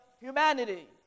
humanity